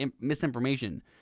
misinformation